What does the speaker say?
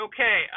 Okay